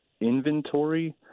inventory